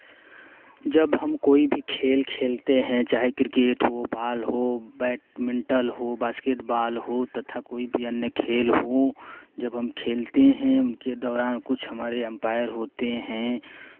जब हम कोइ भी खेल खेलते हैं चाहे क्रिकेट हो बाॅल हो बैडमिंटन हो बॉस्केटबॉल हो तथा कोई भी अन्य खेल हो जब हम खेलते हैं उनके दौरान कुछ हमारे एम्पायर होते हैं